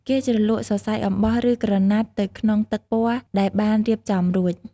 គេជ្រលក់សរសៃអំបោះ ឬក្រណាត់ទៅក្នុងទឹកពណ៌ដែលបានរៀបចំរួច។